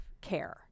care